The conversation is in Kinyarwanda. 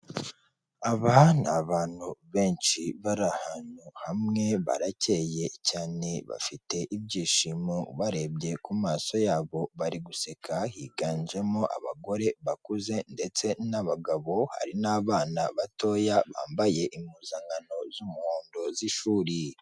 Aba ni abantu benshi bari ahantu hamwe baracyeye cyane bafite ibyishimo ubarebye ku maso yabo bari guseka, higanjemo abagore bakuze ndetse n'abagabo hari n'abana batoya bambaye impuzankano z'umuhondo z'ishuri.